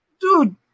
Dude